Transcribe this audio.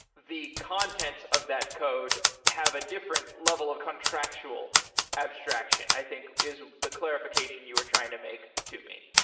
the contents of that code have a different level of contractual abstraction, i think is the clarification you are trying to make to me.